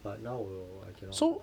but now 我我 I cannot